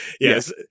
yes